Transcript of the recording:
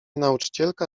nauczycielka